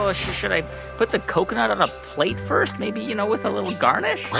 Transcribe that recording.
ah should i put the coconut on a plate first, maybe, you know, with a little garnish? what?